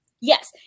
Yes